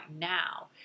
now